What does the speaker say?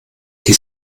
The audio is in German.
die